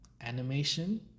animation